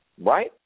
right